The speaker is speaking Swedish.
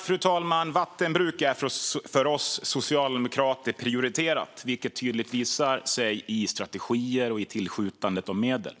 Fru talman! Vattenbruk är prioriterat för oss socialdemokrater, vilket tydligt visar sig i strategier och i tillskjutandet av medel.